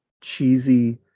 cheesy